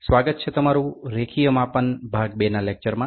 સ્વાગત છે તમારું રેખીય માપન ભાગ 2ના લેક્ચર માં